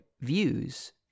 Views